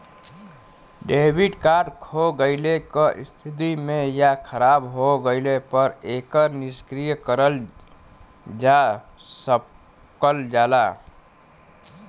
debit card खो गइले क स्थिति में या खराब हो गइले पर एके निष्क्रिय करल जा सकल जाला